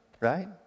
right